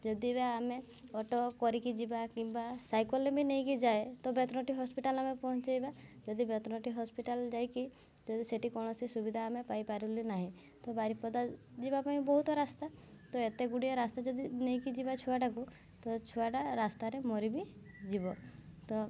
ଯଦି ବା ଆମେ ଅଟୋ କରିକି ଯିବା କିମ୍ବା ସାଇକଲ୍ରେ ବି ନେଇକି ଯାଏ ତ ବେତନଟୀ ହସ୍ପିଟାଲ୍ ଆମେ ପହଞ୍ଚାଇବା ଯଦି ବେତନଟୀ ହସ୍ପିଟାଲ୍ ଯାଇକି ଯଦି ସେଠି କୌଣସି ସୁବିଧା ଆମେ ପାଇପାରିଲୁ ନାହିଁ ତ ବାରିପଦା ଯିବା ପାଇଁ ବହୁତ ରାସ୍ତା ତ ଏତେଗୁଡ଼ିଏ ରାସ୍ତା ଯଦି ନେଇକି ଯିବା ଛୁଆଟିକୁ ତ ଛୁଆଟା ରାସ୍ତାରେ ମରି ବି ଯିବ ତ